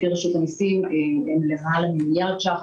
לפי רשות המיסים הם למעלה ממיליארד ש"ח,